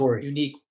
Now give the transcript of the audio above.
unique